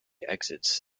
exits